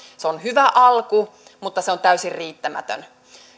on hyvä alku mutta se on täysin riittämätön